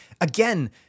again